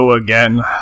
Again